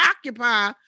occupy